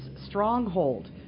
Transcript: stronghold